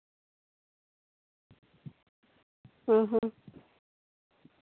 ᱦᱩᱸ ᱦᱩᱸ